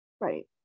Right